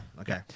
okay